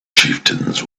chieftains